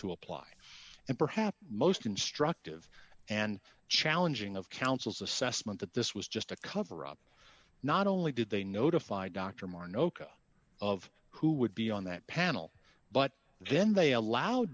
to apply and perhaps most instructive and challenging of counsel's assessment that this was just a cover up not only did they notify dr martin oka of who would be on that panel but then they allow